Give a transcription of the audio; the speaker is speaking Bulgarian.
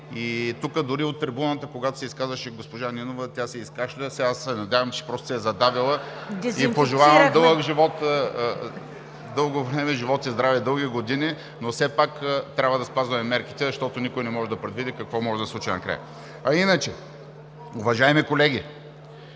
И тук дори, от трибуната, когато се изказваше госпожа Нинова, тя се изкашля. Аз се надявам, че просто се е задавила, и ѝ пожелавам дълъг живот, дълго време живот и здраве, дълги години. Но все пак трябва да спазваме мерките, защото никой не може да предвиди какво може да се случи накрая. (Оживление,